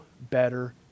better